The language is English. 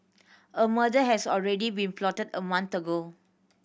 a murder has already been plotted a month ago